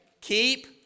Keep